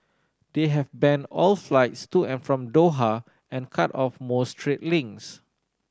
they have banned all flights to and from Doha and cut off most trade links